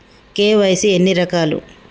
KYC ఎన్ని రకాలు?